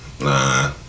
nah